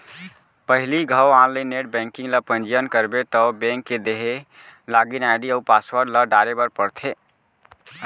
पहिली घौं online net banking ल पंजीयन करबे तौ बेंक के देहे लागिन आईडी अउ पासवर्ड ल डारे बर परथे